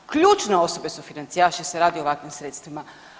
Ključne osobe su financijaši jer se radi o ovakvim sredstvima.